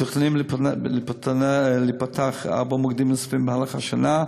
מתוכננים להיפתח ארבעה מוקדים נוספים במהלך השנה,